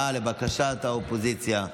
לבקשת האופוזיציה,